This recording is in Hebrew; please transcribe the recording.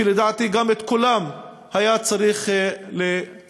שלדעתי גם את קולם היה צריך לשמוע.